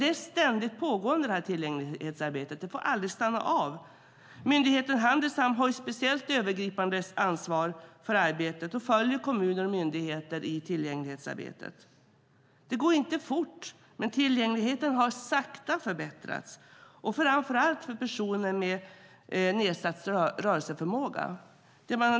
Tillgänglighetsarbetet är ständigt pågående - det får aldrig stanna av. Myndigheten Handisam har ett speciellt övergripande ansvar för arbetet och följer kommuner och myndigheter i tillgänglighetsarbetet. Det går inte fort, men tillgängligheten har sakta förbättrats och framför allt för personer med nedsatt rörelseförmåga.